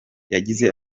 yagize